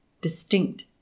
distinct